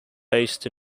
based